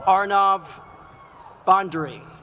arnab pondering